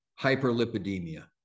hyperlipidemia